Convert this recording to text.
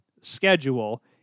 schedule